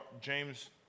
James